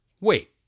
Wait